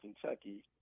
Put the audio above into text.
Kentucky